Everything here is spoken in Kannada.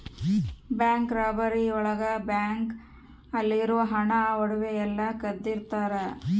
ಬ್ಯಾಂಕ್ ರಾಬರಿ ಒಳಗ ಬ್ಯಾಂಕ್ ಅಲ್ಲಿರೋ ಹಣ ಒಡವೆ ಎಲ್ಲ ಕದಿತರ